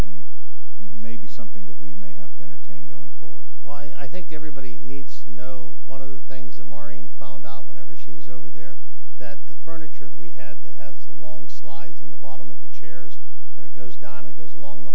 and maybe something that we may have to entertain going forward why i think everybody needs to know one of the things that mario and found out whenever she was over there that the furniture that we had that has the long slides on the bottom of the chairs but it goes down it goes along the